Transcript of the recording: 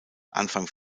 anfang